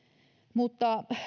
mutta